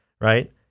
right